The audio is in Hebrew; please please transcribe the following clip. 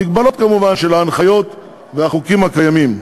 במגבלות, כמובן, של ההנחיות והחוקים הקיימים.